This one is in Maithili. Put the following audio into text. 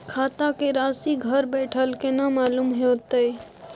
खाता के राशि घर बेठल केना मालूम होते?